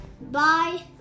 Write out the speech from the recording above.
Bye